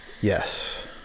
Yes